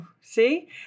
see